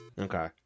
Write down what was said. Okay